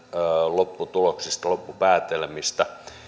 lopputuloksista loppupäätelmistä